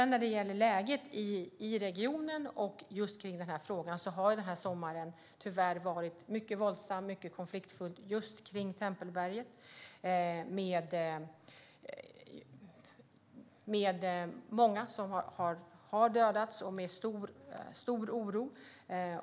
När det gäller läget i regionen och den här frågan har sommaren tyvärr varit mycket våldsam och mycket konfliktfylld just kring Tempelberget. Många har dödats, och det har varit stor oro.